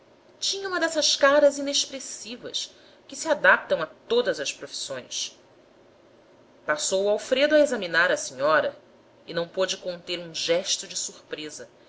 tinha uma dessas caras inexpressivas que se adaptam a todas as profissões passou o alfredo a examinar a senhora e não pôde conter um gesto de surpresa